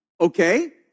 Okay